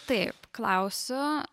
taip klausiu